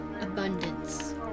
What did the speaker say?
abundance